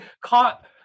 caught